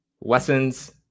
lessons